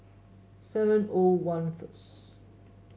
seven O one first